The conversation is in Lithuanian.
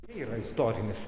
yra istorinis